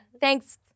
thanks